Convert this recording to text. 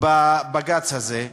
בבג"ץ הזה.